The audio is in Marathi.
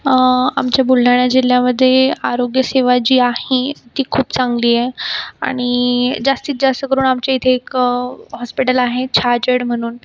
आमच्या बुलढाणा जिल्ह्यामध्ये आरोग्य सेवा जी आहे ती खूप चांगली आहे आणि जास्तीतजास्त करून आमच्या इथे एक हॉस्पिटल आहे छाजेड म्हणून